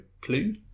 clue